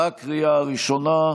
בקריאה ראשונה,